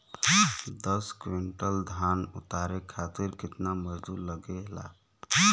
दस क्विंटल धान उतारे खातिर कितना मजदूरी लगे ला?